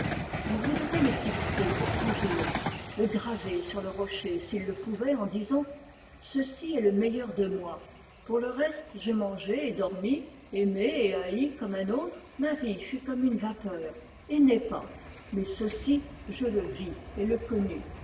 il voudrait le fixer pour toujours i le graver sur le rocher s'il le pouvait en disant ceci est le meilleur de moi pour le reste j'ai mangé et dormi aimé et haï comme un autre ma vie fut comme une vapeur a et n'est pas mais ceci je le vis et le con